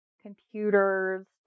computers